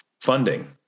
funding